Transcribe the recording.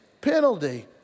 penalty